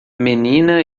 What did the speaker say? menina